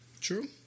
True